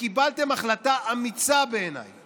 וקיבלתם החלטה אמיצה בעיניי